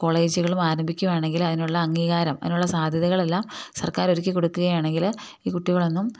കോളേജുകളിലും ആരംഭിക്കുകയാണെങ്കിൽ അതിനുള്ള അംഗീകാരം അതിനുള്ള സാധ്യതകളെല്ലാം സർക്കാര് ഒരുക്കിക്കൊടുക്കുകയാണെങ്കില് ഈ കുട്ടികളൊന്നും